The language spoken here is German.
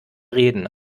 reden